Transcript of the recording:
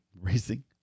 Racing